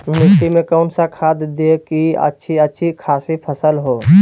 मिट्टी में कौन सा खाद दे की अच्छी अच्छी खासी फसल हो?